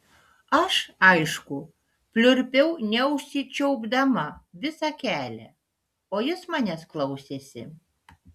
aš aišku pliurpiau neužsičiaupdama visą kelią o jis manęs klausėsi